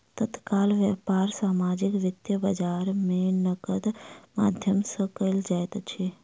तत्काल व्यापार सामाजिक वित्तीय बजार में नकदक माध्यम सॅ कयल जाइत अछि